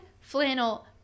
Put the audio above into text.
flannel